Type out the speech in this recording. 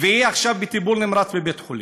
והיא עכשיו בטיפול נמרץ בבית-חולים.